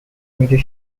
major